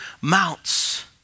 mounts